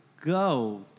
go